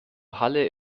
halle